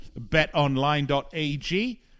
betonline.ag